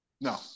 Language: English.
No